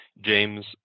James